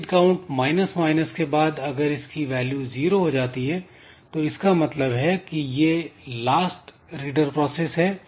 read count minus minus के बाद अगर इसकी वैल्यू जीरो जाती है तो इसका मतलब है कि यह लास्ट रीडर प्रोसेस है